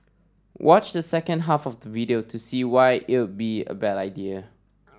watch the second half of the video to see why it'll be a bad idea